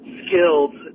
skilled